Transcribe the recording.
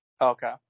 Okay